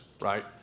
Right